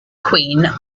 queen